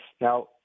Now